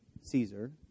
Caesar